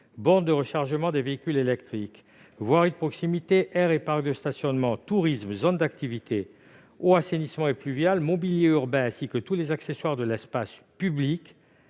bornes de rechargement des véhicules électriques, voirie de proximité, aires et parcs de stationnement, tourisme, zones d'activités, eau, assainissement et gestion des eaux pluviales urbaines, mobilier urbain, ainsi que tous les accessoires de l'espace public